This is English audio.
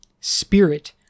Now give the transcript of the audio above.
spirit